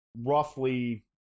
roughly